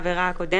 הקודמת),